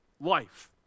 life